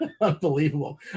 unbelievable